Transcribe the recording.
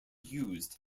used